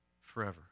forever